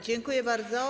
Dziękuję bardzo.